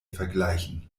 vergleichen